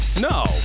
No